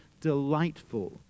delightful